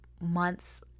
months